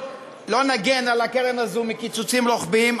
ולא נגן על הקרן הזאת מקיצוצים רוחביים,